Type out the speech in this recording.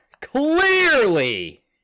clearly